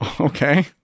okay